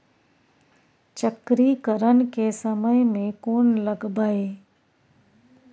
चक्रीकरन के समय में कोन लगबै?